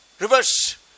reverse